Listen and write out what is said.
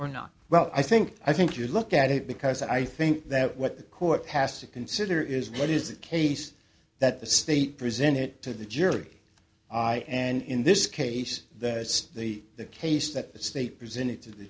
or not well i think i think you look at it because i think that what the court has to consider is what is the case that the state presented to the jury i and in this case that the the case that the state presented to the